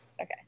Okay